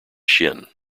shin